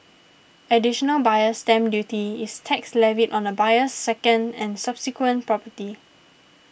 additional Buyer's Stamp Duty is tax levied on a buyer's second and subsequent property